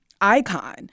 icon